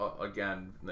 again